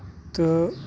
تہٕ